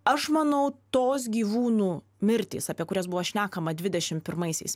aš manau tos gyvūnų mirtys apie kurias buvo šnekama dvidešim pirmaisiais